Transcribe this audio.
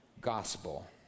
gospel